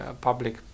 public